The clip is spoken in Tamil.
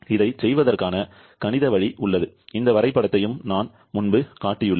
இதைச் செய்வதற்கான கணித வழி உள்ளது இந்த வரைபடத்தையும் நான் முன்பு காட்டியுள்ளேன்